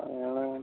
அதனால்